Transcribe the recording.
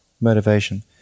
motivation